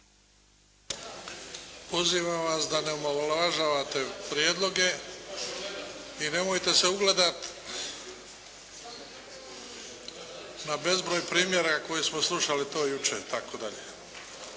Pozivam vas da ne omalovažavate prijedloge i nemojte se ugledati na bezbroj primjera koje smo slušali jučer